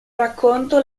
racconto